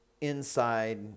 inside